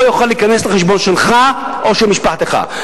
יוכל להיכנס לחשבון שלך או של משפחתך.